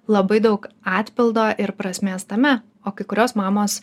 labai daug atpildo ir prasmės tame o kai kurios mamos